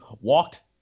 walked